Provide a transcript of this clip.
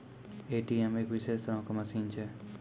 ATM एक विशेष तरहो के मशीन छै